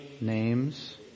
Names